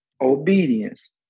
obedience